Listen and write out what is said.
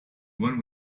one